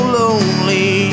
lonely